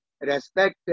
respect